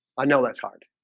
i know that's hard